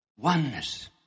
oneness